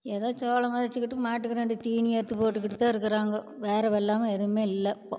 ஏதோ சோளம் வச்சுக்கிட்டு மாட்டுக்கு ரெண்டு தீனி அறுத்து போட்டுக்கிட்டு தான் இருக்கிறாங்க வேற வெள்ளாமை எதுவுமே இல்லை இப்போது